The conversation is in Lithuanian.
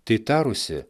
tai tarusi